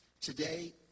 Today